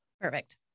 Perfect